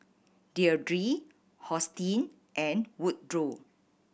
Deirdre Hosteen and Woodroe